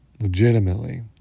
legitimately